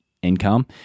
income